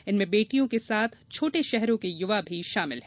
इनमें बेटियों के साथ छोटे शहरों के युवा भी शामिल है